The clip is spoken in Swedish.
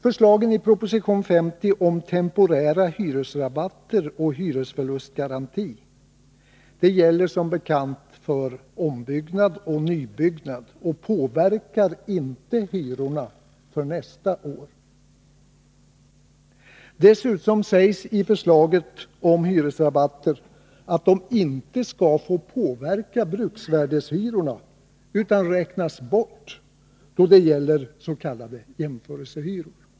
Förslagen i proposition 50 om temporära hyresrabatter och hyresförlustgaranti gäller som bekant för ombyggnad och nybyggnad och påverkar inte hyrorna för nästa år. Dessutom sägs i förslaget om hyresrabatter att de inte skall få påverka bruksvärdeshyrorna utan skall räknas bort då det gäller s.k. jämförelsehyror.